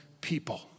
people